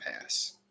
pass